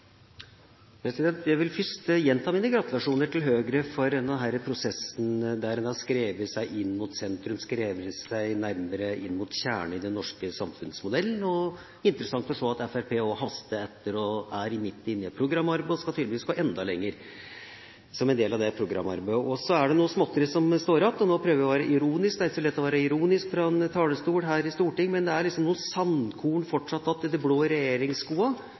salen. Jeg vil først gjenta mine gratulasjoner til Høyre for denne prosessen, der en har skrevet seg inn mot sentrum, skrevet seg nærmere inn mot kjernen i den norske samfunnsmodellen. Det er interessant å se at Fremskrittspartiet også haster etter, og er midt inne i et programarbeid, og tydeligvis skal gå enda lenger som en del av det programarbeidet. Så står det igjen noe småtteri – og nå prøver jeg å være ironisk; det er ikke så lett å være ironisk fra denne talerstol her i Stortinget. Det er liksom noen sandkorn, fortsatt, etter de blå